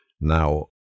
Now